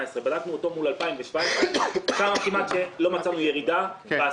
בדקנו אותו מול 2017. שם לא מצאנו כמעט ירידה בעסקים.